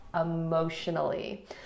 emotionally